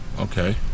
Okay